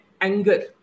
anger